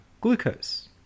glucose